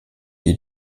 die